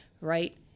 right